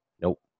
Nope